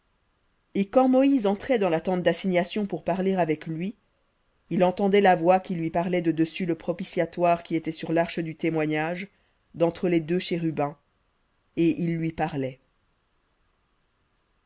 et quand moïse entrait dans la tente d'assignation pour parler avec lui il entendait la voix qui lui parlait de dessus le propitiatoire qui était sur l'arche du témoignage d'entre les deux chérubins et il lui parlait